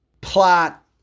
plot